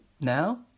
now